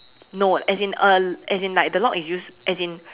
no as in uh as in like the lock is used as in